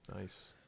nice